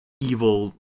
evil